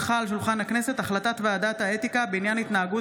הונחה על שולחן הכנסת החלטת ועדת האתיקה בעניין התנהגות